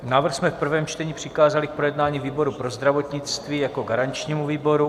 Návrh jsme v prvém čtení přikázali k projednání výboru pro zdravotnictví jako garančnímu výboru.